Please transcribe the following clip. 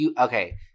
Okay